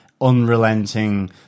unrelenting